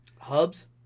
Hubs